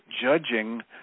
judging